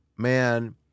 Man